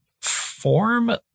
form